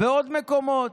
בעוד מקומות,